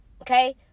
Okay